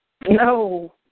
No